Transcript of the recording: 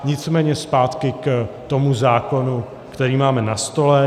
Nicméně zpátky k tomu zákonu, který máme na stole.